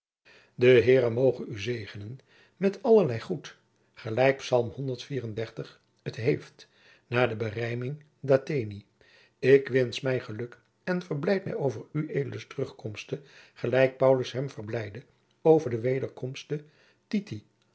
de heere moge u segenen met allerley goet gelijk psalm hondert vier en dertig het heeft naar de berijming datheni ik wensch mij geluk en verblijd mij over ueds terugkomste gelijk paulus hem verblijdde over de wederkomste